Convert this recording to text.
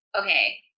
okay